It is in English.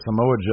Samoa